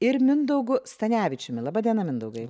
ir mindaugu stanevičiumi laba diena mindaugai